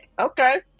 okay